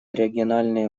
региональные